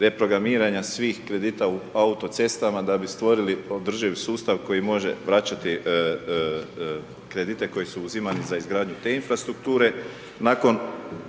reprogramiranja svih kredita u autocestama da bi stvorili održivi sustav koji može vraćati kredite koji su uzimani za izgradnju te infrastrukture.